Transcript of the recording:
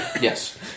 Yes